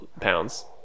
pounds